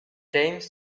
james